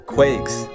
Quakes